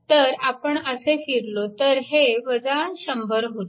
तर आपण असे फिरलो तर हे 100 होते